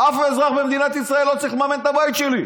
אף אזרח במדינת ישראל לא צריך לממן את הבית שלי,